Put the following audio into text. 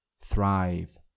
Thrive